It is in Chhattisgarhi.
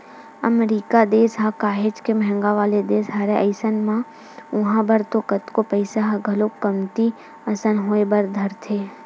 अमरीका देस ह काहेच के महंगा वाला देस हरय अइसन म उहाँ बर तो कतको पइसा ह घलोक कमती असन होय बर धरथे